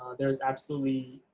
there's absolutely,